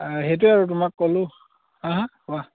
সেইটোৱে আৰু তোমাক ক'লোঁ হাঁ হাঁ কোৱা